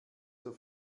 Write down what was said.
zur